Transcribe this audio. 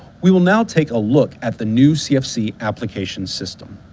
we will now take a look at the new cfc application system.